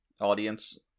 audience